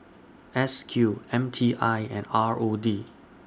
S Q M T I and R O D